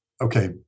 Okay